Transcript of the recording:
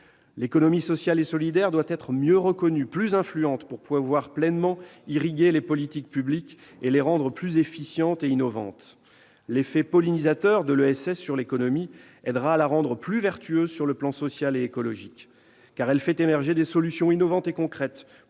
L'économie sociale et solidaire doit être mieux reconnue et plus influente afin de pouvoir pleinement irriguer les politiques publiques et les rendre plus efficientes et innovantes. L'effet « pollinisateur » de l'ESS sur l'économie aidera à la rendre plus vertueuse sur les plans social et écologique. Car elle fait émerger des solutions innovantes et concrètes